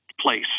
place